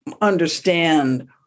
understand